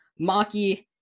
Maki